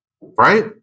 Right